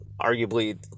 arguably